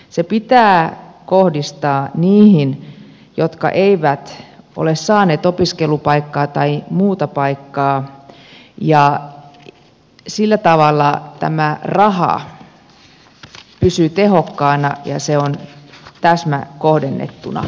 se pitää kohdistaa niihin jotka eivät ole saaneet opiskelupaikkaa tai muuta paikkaa ja sillä tavalla tämä raha pysyy tehokkaana ja se on täsmäkohdennettuna